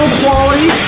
quality